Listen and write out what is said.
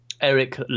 eric